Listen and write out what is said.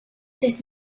this